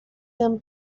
him